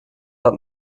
hat